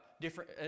different